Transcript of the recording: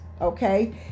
okay